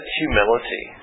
humility